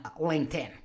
LinkedIn